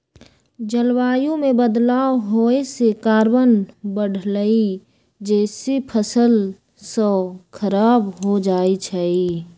जलवायु में बदलाव होए से कार्बन बढ़लई जेसे फसल स खराब हो जाई छई